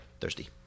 thirsty